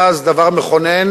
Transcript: היה אז דבר מכונן,